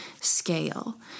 scale